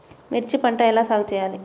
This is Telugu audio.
మిర్చి పంట ఎలా సాగు చేయాలి?